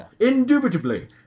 Indubitably